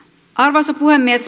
arvoisa puhemies